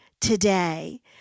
today